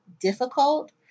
difficult